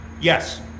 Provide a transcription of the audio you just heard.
yes